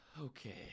okay